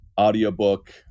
audiobook